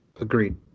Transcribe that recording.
Agreed